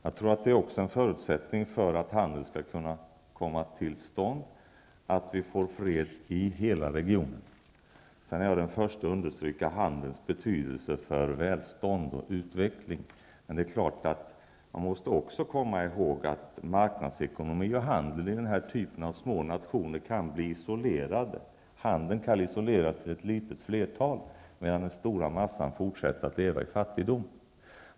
Jag tror att en förutsättning för att handel skall kunna komma till stånd är att vi får fred i hela regionen. Jag är den förste att understryka handelns betydelse för välstånd och utveckling. Men man måste också komma ihåg att marknadsekonomi och handel i små nationer av denna typ kan bli isolerande. Handeln kan isoleras till ett litet fåtal, medan den stora massan fortsätter att leva i fattigdom.